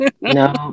no